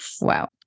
Wow